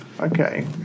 Okay